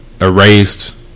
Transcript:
erased